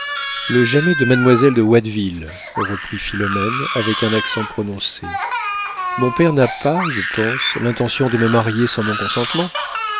le jamais de mademoiselle de watteville reprit philomène avec un accent prononcé mon père n'a pas je pense l'intention de me marier sans mon consentement